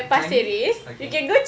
changi okay